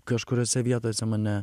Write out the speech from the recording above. kažkuriose vietose mane